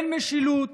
אין משילות,